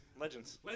Legends